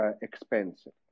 expensive